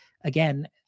again